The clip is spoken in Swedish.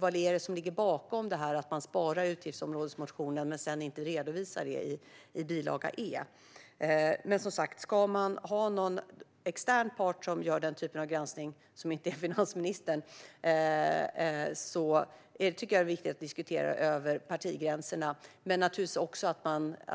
vad det är som ligger bakom att man sparar i utgiftsområdesmotionen men inte redovisar det i bilaga E. Ska man ha någon extern part, som inte är finansministern, som gör den typen av granskning tycker jag som sagt att det är viktigt att diskutera det över partigränserna.